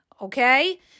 okay